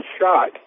shot